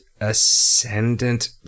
ascendant